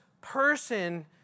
person